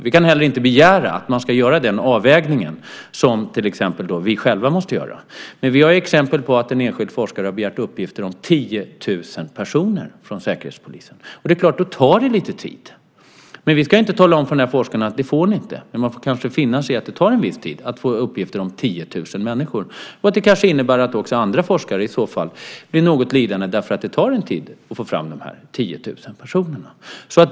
Vi kan inte begära att man ska göra den avvägning som vi själva måste göra. Vi har exempel på att en enskild forskare har begärt uppgifter om 10 000 personer från Säkerhetspolisen. Då tar det lite tid. Vi ska inte tala om för forskaren att man inte får det, men man får kanske finna sig i att det tar en viss tid att få uppgifter om 10 000 människor och att det kanske innebär att också andra forskare blir något lidande eftersom det tar tid att få fram 10 000 personer.